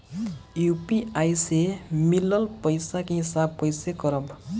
UPI से मिलल पईसा के हिसाब कइसे करब?